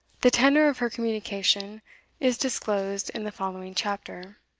the tenor of her communication is disclosed in the following chapter.